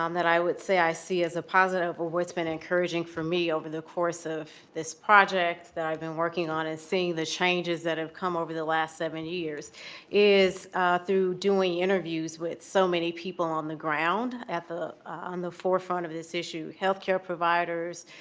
um that i would say i see as a positive or what's been encouraging for me over the course of this project that i've been working on is seeing the changes that have come over the last seven years is through doing interviews with so many people on the ground on the forefront of this issue health care providers,